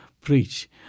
preach